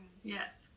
Yes